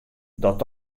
dat